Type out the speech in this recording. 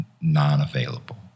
non-available